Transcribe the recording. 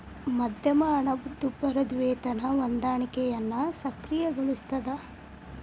ಮಧ್ಯಮ ಹಣದುಬ್ಬರದ್ ವೇತನ ಹೊಂದಾಣಿಕೆಯನ್ನ ಸಕ್ರಿಯಗೊಳಿಸ್ತದ